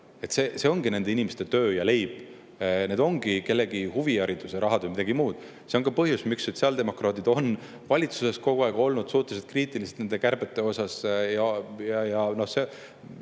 See ongi nende inimeste töö ja leib, need ongi kellegi huvihariduse rahad või midagi muud. See on ka põhjus, miks sotsiaaldemokraadid on valitsuses kogu aeg olnud suhteliselt kriitilised nende kärbete suhtes. See ongi